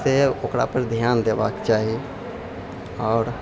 से ओकरापर ध्यान देबाक चाही आओर